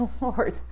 Lord